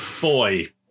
Boy